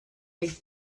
big